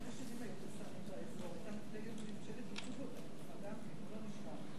היתה ממשלת ליכוד באותה תקופה,